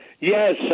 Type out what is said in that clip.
Yes